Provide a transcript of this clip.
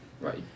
Right